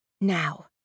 Now